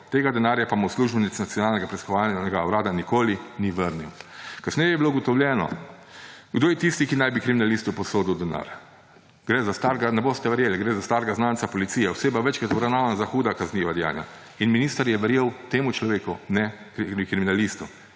Tega denarja pa mu uslužbenec Nacionalnega preiskovalnega urada nikoli ni vrnil.« Kasneje je bilo ugotovljeno, kdo je tisti, ki naj bi kriminalistu posodil denar. Gre za starega, ne boste verjeli, gre za starega znanca policije. Oseba, večkrat obravnavana za huda kazniva dejanja. In minister je verjel temu človeku, ne kriminalistu.